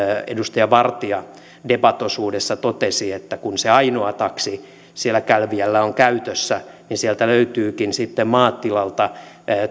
edustaja vartia debat osuudessa totesi että kun se ainoa taksi siellä kälviällä on käytössä niin sieltä löytyykin sitten maatilalta